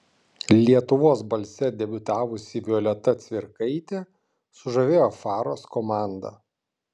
lietuvos balse debiutavusi violeta cvirkaitė sužavėjo faros komandą